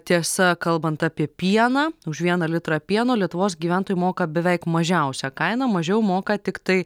tiesa kalbant apie pieną už vieną litrą pieno lietuvos gyventojai moka beveik mažiausią kainą mažiau moka tiktai